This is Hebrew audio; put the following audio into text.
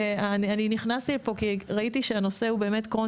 אני נכנסתי לפה כי ראיתי שהנושא הוא קרוהן